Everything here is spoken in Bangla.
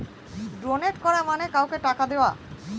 ডোনেট করা মানে কাউকে টাকা দেওয়া